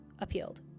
appealed